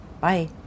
bye